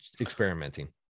experimenting